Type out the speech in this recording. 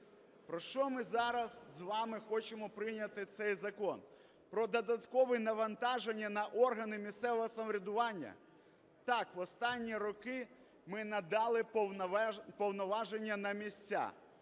Про що ми зараз з вами хочемо прийняти цей закон? Про додаткове навантаження на органи місцевого самоврядування? Так, в останні роки ми надали повноваження на місця,